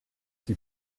die